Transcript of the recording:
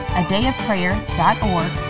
adayofprayer.org